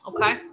Okay